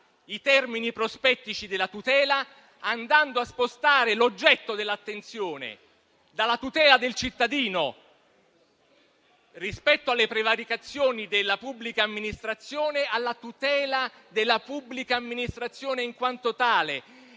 i termini prospettici della tutela, andando a spostare l'oggetto dell'attenzione dalla tutela del cittadino rispetto alle prevaricazioni della pubblica amministrazione alla tutela della pubblica amministrazione in quanto tale.